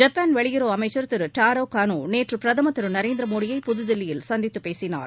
Japan வெளியுறவு அமைச்சர் திரு டாரோ கோனோ நேற்று பிரதமர் திரு நரேந்திர மோடியை புதுதில்லியில் சந்தித்து பேசினார்